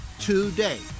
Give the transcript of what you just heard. today